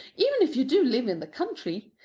even if you do live in the country.